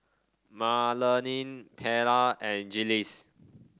Marlene Perla and Jiles